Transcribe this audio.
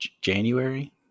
January